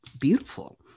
beautiful